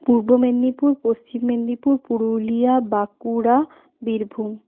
Purba Medinipur Paschim Medinipur Purulia Bankura Birbhum